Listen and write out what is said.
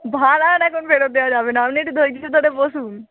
ভাড়া আর এখন ফেরত দেওয়া যাবে না আপনি একটু ধৈর্য্য ধরে বসুন